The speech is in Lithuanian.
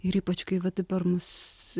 ir ypač kai va dabar mus